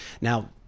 Now